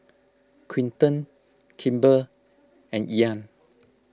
Quinton Kimber and Ean